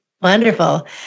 wonderful